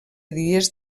dies